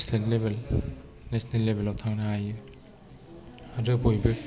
state level national लेभेलाव थांनो हायो आरो बयबो